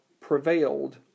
prevailed